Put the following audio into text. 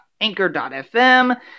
Anchor.fm